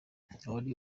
wari